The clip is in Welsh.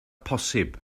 posib